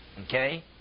Okay